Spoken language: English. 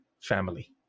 family